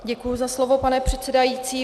Děkuji za slovo, pane předsedající.